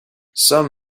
some